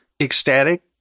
ecstatic